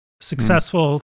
successful